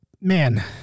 man